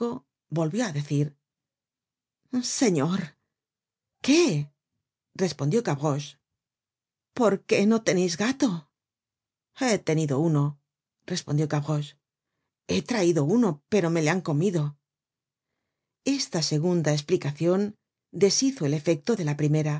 volvió á decir señor qué respondió gavroche tomo it i content from google book search generated at por qué no teneis gato he tenido uno respondió gavroche he traido uno pero me le han comido esta segunda csplicacion deshizo el efecto de la primera